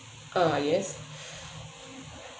uh yes